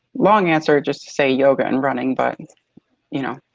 long answer just to say yoga and running but you know,